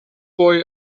boy